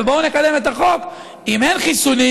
ובואו נקדם את החוק: אם אין חיסונים,